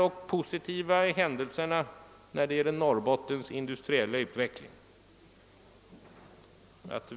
Och då kommer vi in på hur denna insyn skall organiseras.